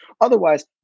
Otherwise